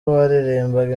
baririmbaga